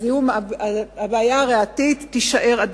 הבעיה הריאתית עדיין תישאר.